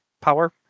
power